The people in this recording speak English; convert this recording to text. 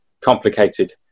complicated